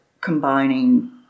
combining